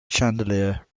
chandelier